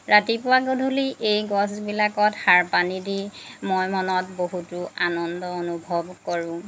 ৰাতিপুৱা গধূলি এই গছ গছবিলাকত সাৰ পানী দি মই মনত বহুতো আনন্দ উপভোগ কৰোঁ